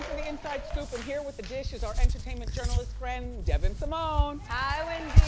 the inside scoop. and here with the dish, is our entertainment journalist friend, devyn simone. hi, wendy!